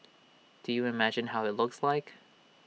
do you imagine how IT looks like